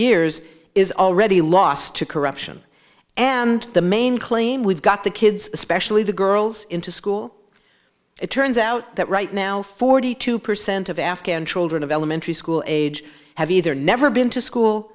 years is already lost to corruption and the main claim we've got the kids especially the girls into school it turns out that right now forty two percent of afghan children of elementary school age have either never been to school